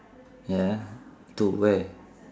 ya to where